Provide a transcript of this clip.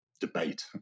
debate